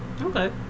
Okay